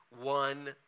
one